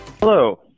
Hello